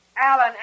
Alan